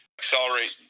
accelerate